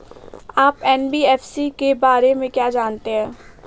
आप एन.बी.एफ.सी के बारे में क्या जानते हैं?